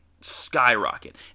skyrocket